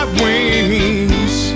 wings